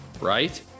Right